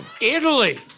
Italy